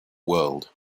world